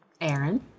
Aaron